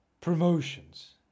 Promotions